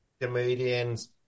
Comedians